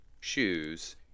shoes